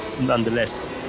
nonetheless